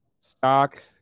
stock